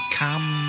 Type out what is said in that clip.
come